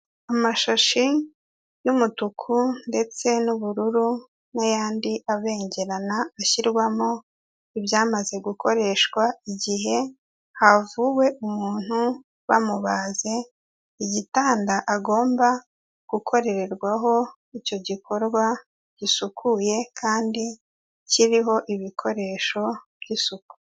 Amashashi y'umutuku ndetse n'ubururu, n'ayandi abengerana, ashyirwamo ibyamaze gukoreshwa, igihe havuwe umuntu bamubaze, igitanda agomba gukorererwaho icyo gikorwa gisukuye, kandi kiriho ibikoresho by'isuku.